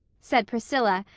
said priscilla,